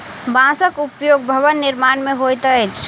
बांसक उपयोग भवन निर्माण मे होइत अछि